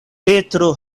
petro